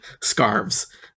scarves